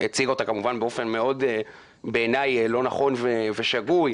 הציגה אותה כמובן באופן לא נכון ושגוי בעיניי.